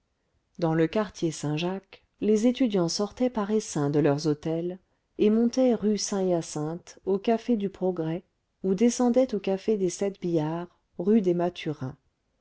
dans le quartier saint-jacques les étudiants sortaient par essaims de leurs hôtels et montaient rue saint hyacinthe au café du progrès ou descendaient au café des sept billards rue des mathurins